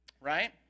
right